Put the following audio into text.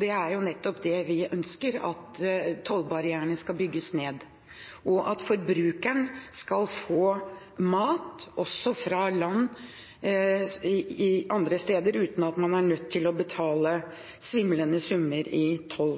Det er jo nettopp det vi ønsker, at tollbarrierene skal bygges ned, og at forbrukeren skal få mat også fra andre land uten at man er nødt til å betale svimlende summer i toll.